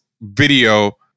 video